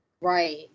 Right